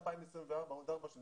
עוד ארבע שנים,